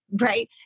right